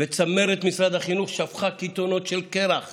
וצמרת משרד החינוך שפכה קיתונות של קרח